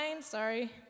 Sorry